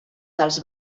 dels